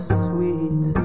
sweet